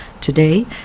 today